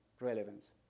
Relevance